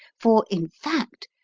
for, in fact,